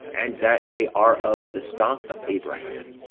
and that they are of the stock of abraham.